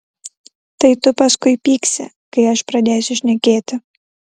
tai tu paskui pyksi kai aš pradėsiu šnekėti